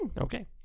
Okay